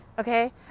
Okay